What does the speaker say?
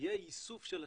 יהיה ייסוף של השקל,